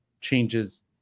changes